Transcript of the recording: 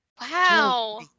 Wow